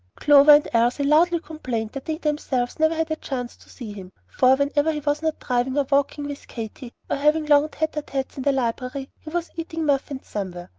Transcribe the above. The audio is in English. clover and elsie loudly complained that they themselves never had a chance to see him for whenever he was not driving or walking with katy, or having long tete-a-tetes in the library, he was eating muffins somewhere,